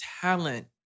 talent